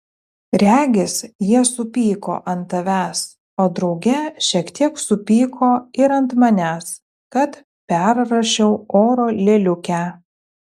regis jie supyko ant tavęs o drauge šiek tiek supyko ir ant manęs kad perrašiau oro lėliukę